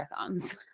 marathons